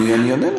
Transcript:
אני אענה.